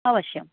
अवश्यम्